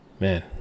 man